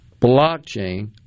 blockchain